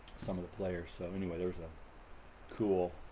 some of the players. so anyway, there's a cool